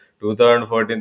2014